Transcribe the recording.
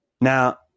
Now